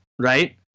Right